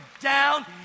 down